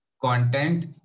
Content